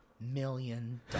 million